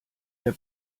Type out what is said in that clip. der